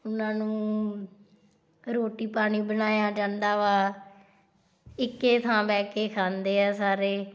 ਉਹਨਾਂ ਨੂੰ ਰੋਟੀ ਪਾਣੀ ਬਣਾਇਆ ਜਾਂਦਾ ਵਾ ਇੱਕੇ ਥਾਂ ਬਹਿ ਕੇ ਖਾਂਦੇ ਆ ਸਾਰੇ